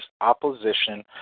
opposition